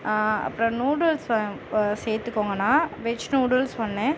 அப்புறம் நூடுல்ஸ் வ சேர்த்துக்கோங்கணா வெஜ் நூடுல்ஸ் ஒன்று